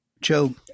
Joe